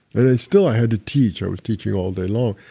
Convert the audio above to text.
and i still i had to teach. i was teaching all day long,